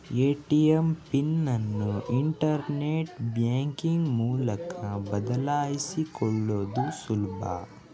ATM PIN ಅನ್ನು internet banking ಮೂಲಕ ಬದಲಾಯಿಸಿಕೊಳ್ಳುದು ಸುಲಭ